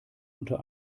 unter